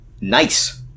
Nice